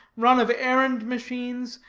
run-of-errand machines,